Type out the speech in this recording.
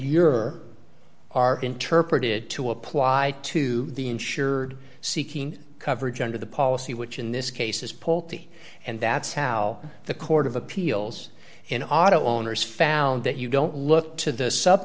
your are interpreted to apply to the insured seeking coverage under the policy which in this case is pulte and that's how the court of appeals in auto owners found that you don't look to the sub